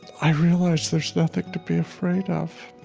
i realize there's nothing to be afraid of.